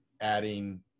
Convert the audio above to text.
adding